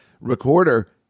recorder